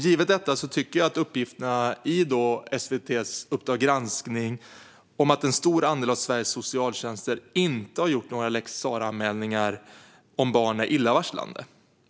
Givet detta tycker jag att uppgiften i SVT:s Uppdrag gransk ning om att en stor andel av Sveriges socialtjänster inte har gjort några lex Sarah-anmälningar om barn är illavarslande.